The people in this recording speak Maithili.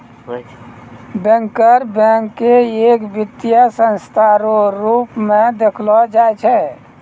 बैंकर बैंक के एक वित्तीय संस्था रो रूप मे देखलो जाय छै